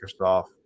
Microsoft